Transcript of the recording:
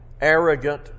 arrogant